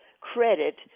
credit